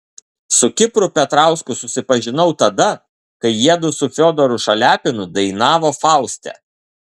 su kipru petrausku susipažinau tada kai jiedu su fiodoru šaliapinu dainavo fauste